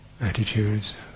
attitudes